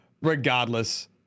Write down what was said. regardless